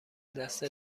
دست